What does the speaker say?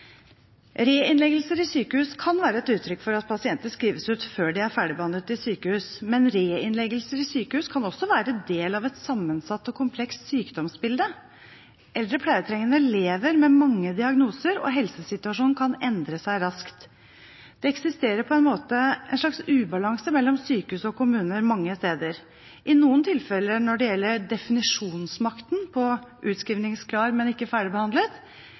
Reinnleggelser i sykehus kan være et uttrykk for at pasienter skrives ut før de er ferdigbehandlet i sykehus, men reinnleggelser i sykehus kan også være del av et sammensatt og komplekst sykdomsbilde. Eldre pleietrengende lever med mange diagnoser, og helsesituasjonen kan endre seg raskt. Det eksisterer på en måte en slags ubalanse mellom sykehus og kommuner mange steder – i noen tilfeller når det gjelder definisjonsmakten på «utskrivningsklar, men ikke ferdigbehandlet»,